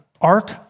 ark